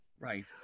Right